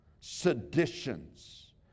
Seditions